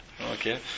Okay